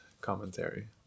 commentary